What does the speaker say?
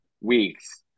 weeks